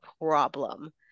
problem